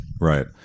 right